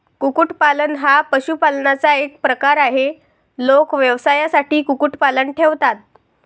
कुक्कुटपालन हा पशुपालनाचा एक प्रकार आहे, लोक व्यवसायासाठी कुक्कुटपालन ठेवतात